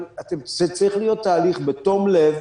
אבל זה צריך להיות תהליך בתום לב,